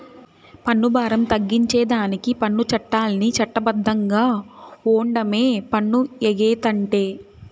పన్ను బారం తగ్గించేదానికి పన్ను చట్టాల్ని చట్ట బద్ధంగా ఓండమే పన్ను ఎగేతంటే